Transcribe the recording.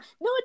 no